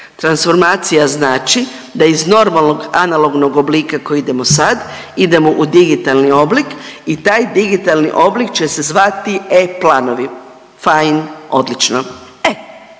Transformacija znači da iz normalnog analognog oblika koji idemo sad idemo u digitalni oblik i taj digitalni oblik će se zvati e-planovi. Fine, odlično!